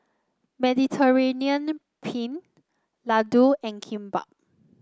Mediterranean Penne Ladoo and Kimbap